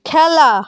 খেলা